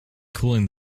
cooling